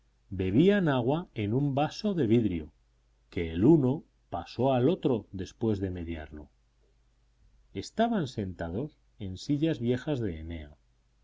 bebían agua en un vaso de vidrio que el uno pasó al otro después de mediarlo estaban sentados en sillas viejas de enea